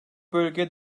bölge